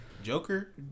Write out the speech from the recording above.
Joker